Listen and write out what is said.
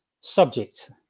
subject